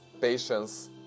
patience